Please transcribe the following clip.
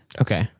Okay